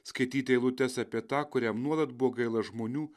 skaityti eilutes apie tą kuriam nuolat buvo gaila žmonių